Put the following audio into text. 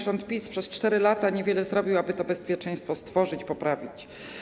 Rząd PiS przez 4 lata niewiele zrobił, aby to bezpieczeństwo stworzyć, poprawić.